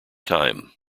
time